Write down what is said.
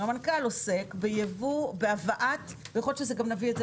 המנכ"ל עוסק ויכול להיות שנביא את זה